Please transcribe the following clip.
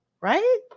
right